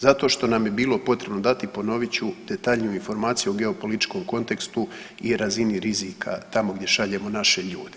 Zato što nam je bilo potrebno dati ponovit ću, detaljniju informaciju o geopolitičkom kontekstu i razini rizika tamo gdje šaljemo naše ljude.